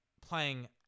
playing